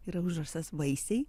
yra užrašas vaisiai